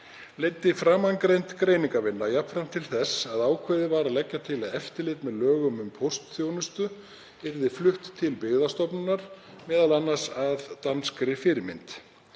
Leiddi framangreind greiningarvinna jafnframt til þess að ákveðið var að leggja til að eftirlit með lögum um póstþjónustu yrði flutt til Byggðastofnunar, m.a. að danskri fyrirmynd.